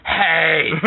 Hey